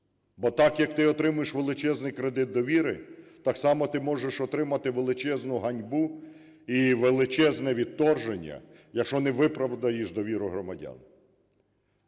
Отак, як ти отримуєш величезний кредит довіри, так само ти можеш отримати величезну ганьбу і величезне відторження, якщо не виправдаєш довіру громадян.